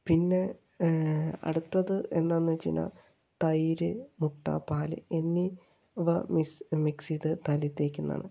പിന്നെ അടുത്തത് എന്താന്ന് വച്ചുകഴിഞ്ഞാൽ തൈര് മുട്ട പാല് എന്നിവ മിക്സ് ചെയ്ത് തലയിൽ തേയ്ക്കുന്നതാണ്